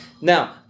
Now